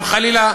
הם חלילה,